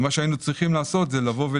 היינו צריכים לתרגם